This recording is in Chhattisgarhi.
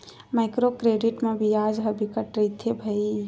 माइक्रो क्रेडिट म बियाज ह बिकट रहिथे भई